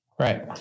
Right